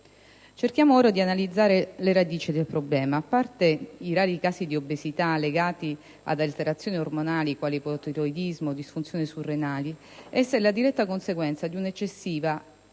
Cerchiamo ora di analizzare le radici del problema. A parte i rari casi di obesità legati ad alterazioni ormonali quali ipotiroidismo o disfunzioni surrenali, essa è la diretta conseguenza di una eccessiva